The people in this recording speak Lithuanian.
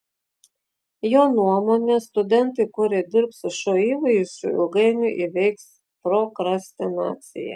jo nuomone studentai kurie dirbs su šiuo įvaizdžiu ilgainiui įveiks prokrastinaciją